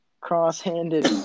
cross-handed